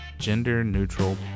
gender-neutral